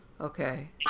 Okay